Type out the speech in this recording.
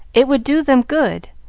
it would do them good.